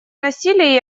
насилие